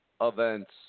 events